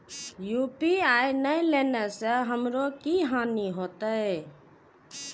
UPI ने लेने से हमरो की हानि होते?